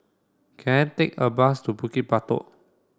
can I take a bus to Bukit Batok